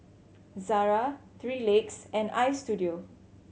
Zara Three Legs and Istudio